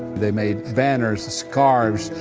they made banners, scarves,